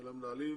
אלא מנהלים